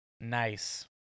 Nice